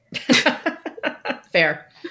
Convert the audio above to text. Fair